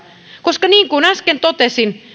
koska niin kuin äsken totesin